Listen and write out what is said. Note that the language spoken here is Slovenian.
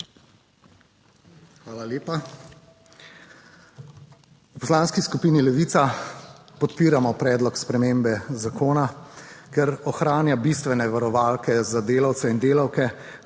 Hvala lepa. V Poslanski skupini Levica podpiramo predlog spremembe zakona, ker ohranja bistvene varovalke za delavce in delavke.